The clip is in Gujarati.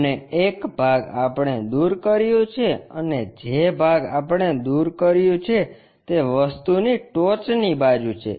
અને એક ભાગ આપણે દૂર કર્યું છે અને જે ભાગ આપણે દૂર કર્યું છે તે વસ્તુની ટોચની બાજુ છે